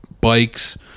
bikes